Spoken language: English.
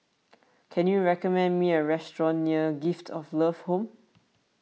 can you recommend me a restaurant near Gift of Love Home